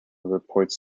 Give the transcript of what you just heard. reports